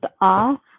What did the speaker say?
off